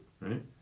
right